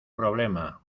problema